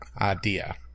idea